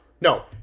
No